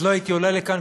אז לא הייתי עולה לכאן,